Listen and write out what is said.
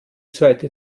zweite